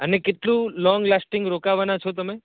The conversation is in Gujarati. અને કેટલુ લોંગ લાસ્ટિંગ રોકાવાના છો તમે